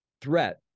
threat